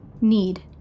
need